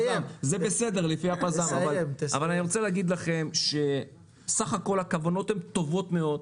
לכם שבסך הכול הכוונות הן טובות מאוד,